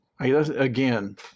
Again